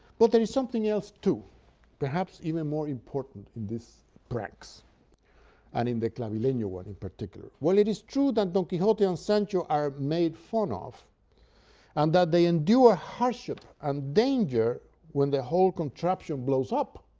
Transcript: but there is something else, too perhaps even more important in these pranks and in the clavileno one, in particular. while it is true that don quixote and sancho are made fun of and that they endure hardship and danger when the whole contraption blows up,